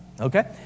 Okay